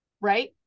Right